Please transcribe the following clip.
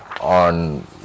on